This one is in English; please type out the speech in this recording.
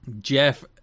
Jeff